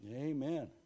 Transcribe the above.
Amen